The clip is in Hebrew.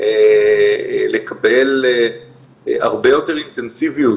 לקבל הרבה יותר אינטנסיביות,